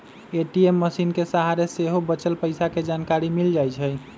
ATM मशीनके सहारे सेहो बच्चल पइसा के जानकारी मिल जाइ छइ